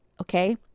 Okay